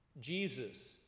Jesus